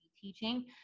teaching